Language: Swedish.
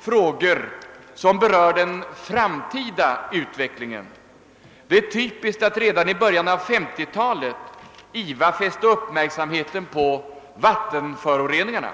frågor som berör den framtida utvecklingen. Det är typiskt att IVA redan i början på 1950-talet fäste uppmärksamheten på vattenföroreningarna.